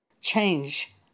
change